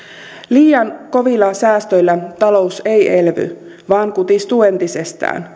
liian kovilla säästöillä talous ei elvy vaan kutistuu entisestään